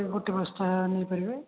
ଗୋଟେ ବସ୍ତା ନେଇପାରିବେ